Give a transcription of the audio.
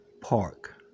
Park